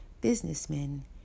businessmen